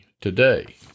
today